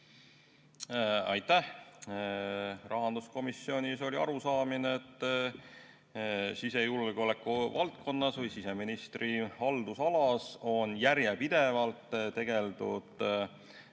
Aitäh! Rahanduskomisjonis oli arusaamine, et sisejulgeoleku valdkonnas või siseministri haldusalas on järjepidevalt tegeldud